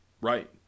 Right